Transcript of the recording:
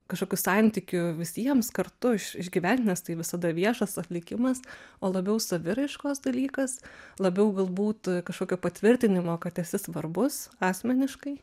kažkokių santykių visiems kartu iš išgyvent nes tai visada viešas atlikimas o labiau saviraiškos dalykas labiau galbūt kažkokio patvirtinimo kad esi svarbus asmeniškai